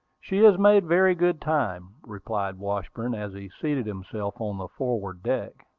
she has made very good time, replied washburn, as he seated himself on the forward deck.